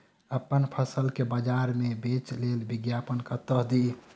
अप्पन फसल केँ बजार मे बेच लेल विज्ञापन कतह दी?